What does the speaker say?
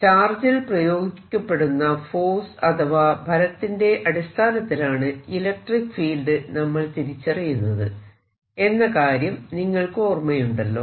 ചാർജിൽ പ്രയോഗിക്കപ്പെടുന്ന ഫോഴ്സ് അഥവാ ബലത്തിന്റെ അടിസ്ഥാനത്തിലാണ് ഇലക്ട്രിക്ക് ഫീൽഡ് നമ്മൾ തിരിച്ചറിയുന്നത് എന്ന കാര്യം നിങ്ങൾക്ക് ഓർമയുണ്ടല്ലോ